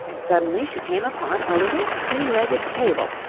suddenly she came upon a little three-legged table,